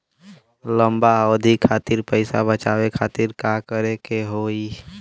लंबा अवधि खातिर पैसा बचावे खातिर का करे के होयी?